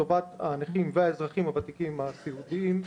כי טובת הנכים והאזרחים הוותיקים הסיעודיים,